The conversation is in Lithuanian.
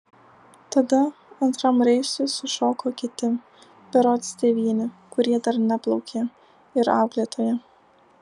tada antram reisui sušoko kiti berods devyni kurie dar neplaukė ir auklėtoja